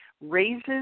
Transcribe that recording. raises